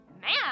Man